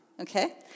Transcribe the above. okay